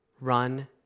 Run